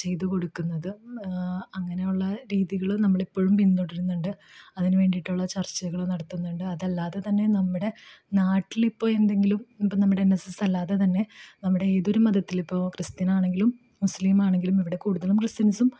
ചെയ്തു കൊടുക്കുന്നത് അങ്ങനെയുള്ള രീതികളും നമ്മളിപ്പോഴും പിന്തുടരുന്നുണ്ട് അതിനു വേണ്ടിയിട്ടുള്ള ചർച്ചകൾ നടത്തുന്നുണ്ട് അതല്ലാതെ തന്നെ നമ്മുടെ നാട്ടിലിപ്പോൾ എന്തെങ്കിലും ഇപ്പോൾ നമ്മുടെ എൻ എസ് എസ്സാല്ലാതെ തന്നെ നമ്മുടെ ഏതൊരു മതത്തിലിപ്പോൾ ക്രിസ്ത്യനാണെങ്കിലും മുസ്ലീമാണെങ്കിലും ഇവിടെ കൂടുതലും ക്രിസ്ത്യൻസും